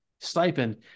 stipend